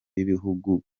b’ibihugu